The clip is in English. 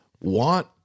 want